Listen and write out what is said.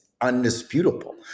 Undisputable